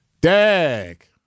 Dag